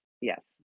yes